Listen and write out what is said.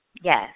Yes